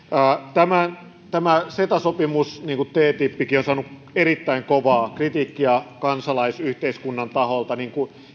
tämä tämä ceta sopimus niin kuin ttipkin on saanut erittäin kovaa kritiikkiä kansalaisyhteiskunnan taholta